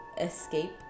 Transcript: escape